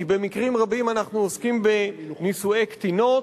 כי במקרים רבים אנחנו עוסקים בנישואי קטינות,